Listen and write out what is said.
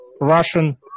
Russian